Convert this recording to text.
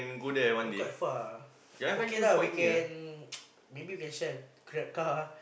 but it's quite far ah okay lah we can maybe we can share a Grab car